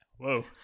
Whoa